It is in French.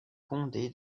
condé